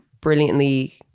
brilliantly